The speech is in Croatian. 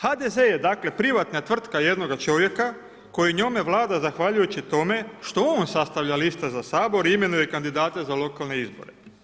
HDZ je dakle privatna tvrtka jednoga čovjeka koji njome vlada zahvaljujući tome što on sastavlja liste za Sabor i imenuje kandidate za lokalne izbore.